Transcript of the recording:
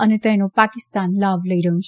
અને તેનો પાકિસ્તાન લાભ લઇ રહ્યું હતું